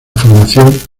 formación